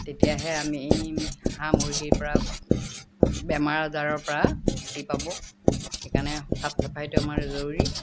তেতিয়াহে আমি হাঁহ মুৰ্গীৰ পৰা বেমাৰ আজাৰৰ পৰা মুক্তি পাব সেইকাৰণে চাফ চাফাইটো আমাৰ জৰুৰী